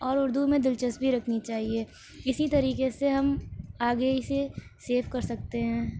اور اردو میں دلچسپی رکھنی چاہیے اسی طریقے سے ہم آگے اسے سیف کر سکتے ہیں